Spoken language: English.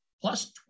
plus